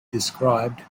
described